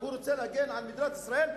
הוא רוצה להגן על מדינת ישראל,